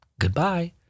goodbye